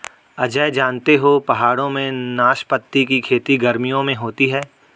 अजय जानते हो पहाड़ों में नाशपाती की खेती गर्मियों में होती है